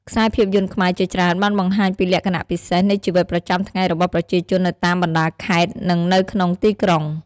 ខ្សែភាពយន្តខ្មែរជាច្រើនបានបង្ហាញពីលក្ខណៈពិសេសនៃជីវិតប្រចាំថ្ងៃរបស់ប្រជាជននៅតាមបណ្ដាខេត្តនឹងនៅក្នុងទីក្រុង ។